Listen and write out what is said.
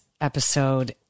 episode